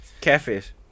Catfish